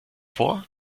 vor